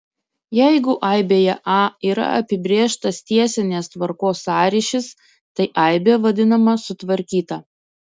jeigu aibėje a yra apibrėžtas tiesinės tvarkos sąryšis tai aibė vadinama sutvarkyta